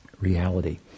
reality